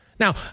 Now